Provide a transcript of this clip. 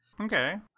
Okay